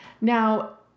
now